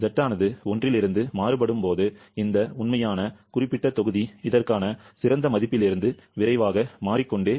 Z ஆனது 1 இலிருந்து மாறுபடும் போது இந்த உண்மையான குறிப்பிட்ட தொகுதி இதற்கான சிறந்த மதிப்பிலிருந்து விரைவாக மாறிக்கொண்டே இருக்கும்